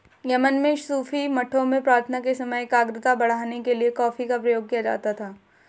Yemen में सूफी मठों में प्रार्थना के समय एकाग्रता बढ़ाने के लिए कॉफी का प्रयोग किया जाता था